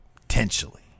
potentially